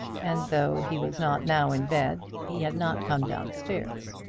and though he was not now in bed, he had not come down-stairs.